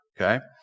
Okay